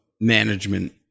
management